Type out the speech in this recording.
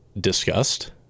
discussed